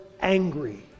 angry